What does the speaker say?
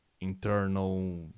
internal